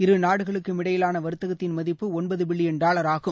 இரு நாடுகளுக்குமிடையிலானவர்த்தகத்தின் மதிப்பு ஒன்பதுபில்லியன் டாலராகும்